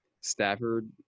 Stafford